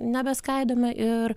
nebeskaidome ir